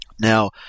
Now